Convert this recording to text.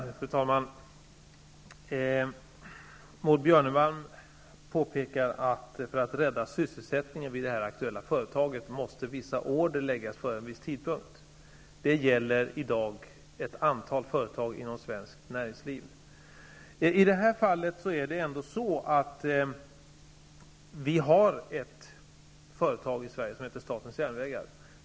Fru talman! Maud Björnemalm påpekar att för att rädda sysselsättningen vid det aktuella företaget måste vissa order läggas ut före en viss tidpunkt. Detta gäller i dag ett antal företag inom svenskt näringsliv. I det här fallet finns ett företag i Sverige som heter statens järnvägar.